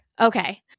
Okay